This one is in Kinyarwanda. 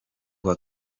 uwa